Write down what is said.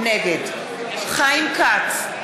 נגד חיים כץ,